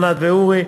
ענת ואורי.